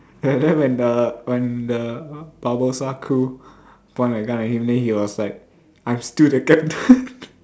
and then when the when the what Barbossa crew point a gun at him then he was like I am still the captain